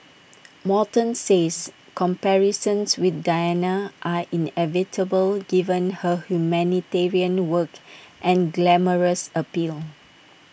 Morton says comparisons with Diana are inevitable given her humanitarian work and glamorous appeal